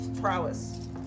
prowess